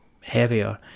heavier